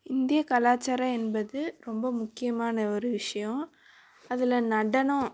இந்திய கலாச்சாரம் என்பது ரொம்ப முக்கியமான ஒரு விஷயம் அதில் நடனம்